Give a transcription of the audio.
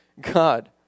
God